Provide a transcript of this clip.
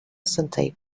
sentai